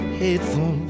hateful